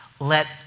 Let